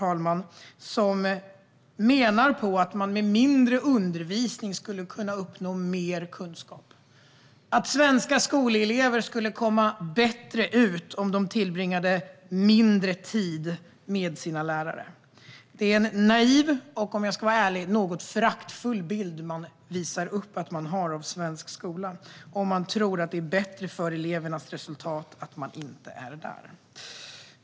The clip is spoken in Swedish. De menar att man med mindre undervisning skulle kunna uppnå mer kunskap och att svenska skolelever skulle bli bättre om de tillbringade mindre tid med sina lärare. Om man tror att det är bättre för elevernas resultat om de inte är där visar man upp att man har en naiv och, om jag ska vara ärlig, en något föraktfull bild av svensk skola.